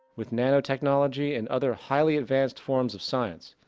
with nano technology and other highly advanced forms of science,